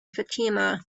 fatima